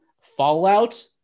fallout